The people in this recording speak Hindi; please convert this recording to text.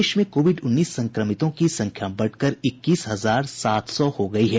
देश में कोविड उन्नीस संक्रमितों की संख्या बढ़कर इक्कीस हजार सात सौ हो गयी है